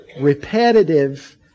repetitive